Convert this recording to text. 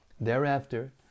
Thereafter